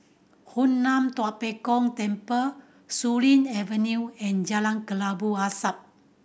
Hoon Lam Tua Pek Kong Temple Surin Avenue and Jalan Kelabu Asap